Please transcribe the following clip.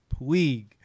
Puig